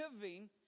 giving